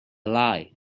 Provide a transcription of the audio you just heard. lie